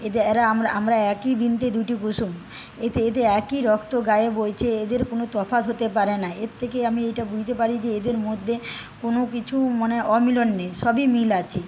এরা আমরা আমরা একই বৃন্তে দুটি কুসুম এতে এতে একই রক্ত গায়ে বইছে এদের কোন তফাৎ হতে পারে না এর থেকে আমি এটা বুঝতে পারি যে এদের মধ্যে কোন কিছু মানে অমিলন নেই সবই মিল আছে